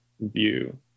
view